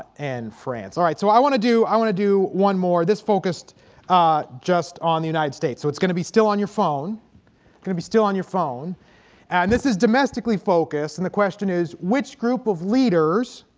and france. all right, so i want to do i want to do one more this focused just on the united states. so it's gonna be still on your phone i'm gonna be still on your phone and this is domestically focused. and the question is which group of leaders